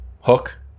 Hook